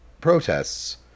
protests